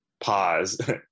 pause